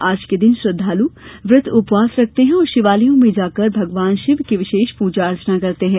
आज के दिन श्रद्धालू व्रत उपवास रखते हैं और शिवालयों में जाकर भगवान शिव की विशेष पूजाअर्चना करते हैं